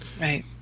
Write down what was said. right